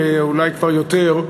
ואולי כבר יותר,